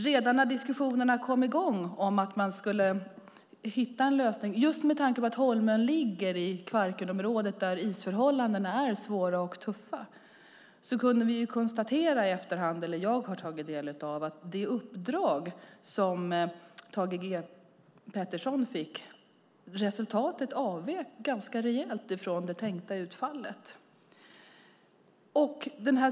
Redan när diskussionerna kom i gång att hitta en lösning, just med tanke på att Holmön ligger i Kvarkenområdet där isförhållandena är svåra och tuffa, har jag konstaterat i efterhand att resultatet av det uppdrag som Thage G Peterson fick avvek rejält från det tänkta utfallet.